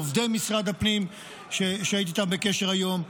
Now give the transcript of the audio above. לעובדי משרד הפנים שהייתי איתם בקשר היום: